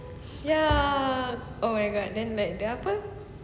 ya oh my god then like the apa